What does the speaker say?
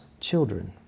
children